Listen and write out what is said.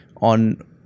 on